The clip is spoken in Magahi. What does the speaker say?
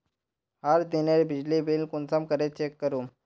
हर दिनेर बिजली बिल कुंसम करे चेक करूम?